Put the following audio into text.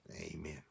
Amen